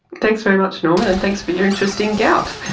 thanks very much norman, and thanks for your interest in gout.